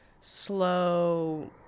slow